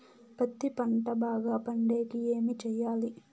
పత్తి పంట బాగా పండే కి ఏమి చెయ్యాలి?